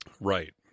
right